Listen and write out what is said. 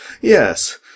Yes